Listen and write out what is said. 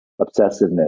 obsessiveness